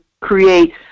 create